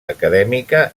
acadèmica